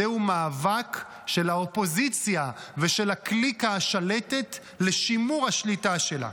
זהו מאבק של האופוזיציה ושל הקליקה השלטת לשימור השליטה שלה.